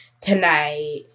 tonight